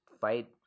fight